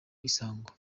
isango